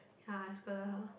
ya I scolded her